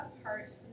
apart